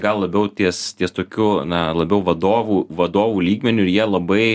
gal labiau ties ties tokiu na labiau vadovų vadovų lygmeniu ir jie labai